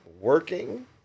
working